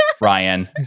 Ryan